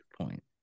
point